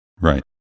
Right